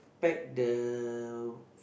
back the